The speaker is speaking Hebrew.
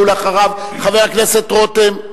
ואחריו, חבר הכנסת רותם.